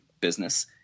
business